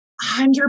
Hundred